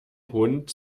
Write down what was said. hund